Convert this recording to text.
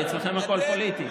הרי אצלכם הכול פוליטי.